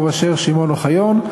יעקב אשר ושמעון אוחיון,